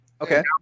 Okay